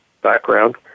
background